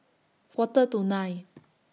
Quarter to nine